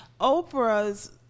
Oprah's